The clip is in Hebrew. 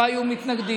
לא היו מתנגדים,